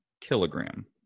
kilogram